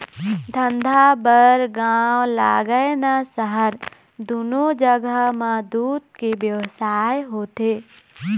धंधा बर गाँव लागय न सहर, दूनो जघा म दूद के बेवसाय होथे